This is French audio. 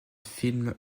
film